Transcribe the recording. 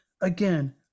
Again